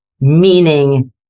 meaning